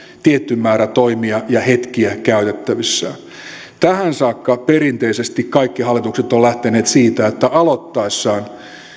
tietty määrä toimia ja hetkiä käytettävissään tähän saakka perinteisesti kaikki hallitukset ovat lähteneet siitä että aloittaessaan